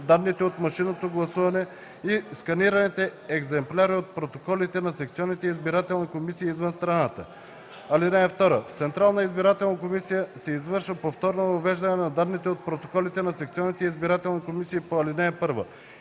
данните от машинното гласуване и сканираните екземпляри от протоколите на секционните избирателни комисии извън страната. (2) В Централната избирателна комисия се извършва повторно въвеждане на данните от протоколите на секционните избирателни комисии по ал. 1.